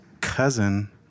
cousin